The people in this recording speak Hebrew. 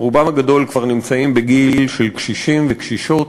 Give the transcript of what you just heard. רובם הגדול כבר נמצאים בגיל של קשישים וקשישות.